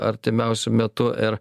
artimiausiu metu ir